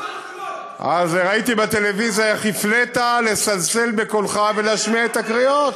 ראיתי בטלוויזיה איך הפלאת לסלסל בקולך ולהשמיע את הקריאות.